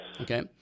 Okay